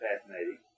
Fascinating